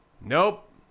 Nope